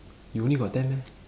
you only got ten meh